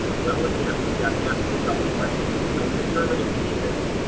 well again, we've got to ask you a couple questions to help determine if you need this.